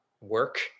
work